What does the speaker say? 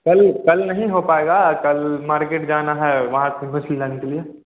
कल कल नहीं हो पाएगा कल मार्केट जाना है वहाँ से मछली लाने के लिए